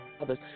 others